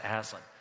Aslan